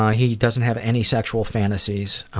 he doesn't have any sexual fantasies.